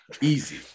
easy